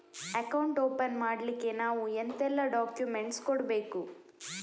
Account open ಮಾಡ್ಲಿಕ್ಕೆ ನಾವು ಎಂತೆಲ್ಲ ಡಾಕ್ಯುಮೆಂಟ್ಸ್ ಕೊಡ್ಬೇಕು?